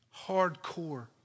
hardcore